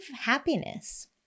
happiness